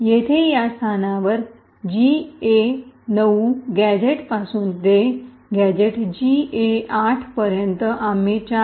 येथे या स्थानावरील जीए ९ गॅझेटपासून ते गॅझेट जीए ८ पर्यंत आम्ही 4